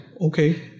okay